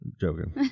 joking